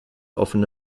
offene